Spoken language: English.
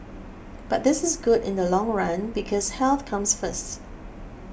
but this is good in the long run because health comes first